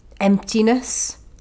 emptiness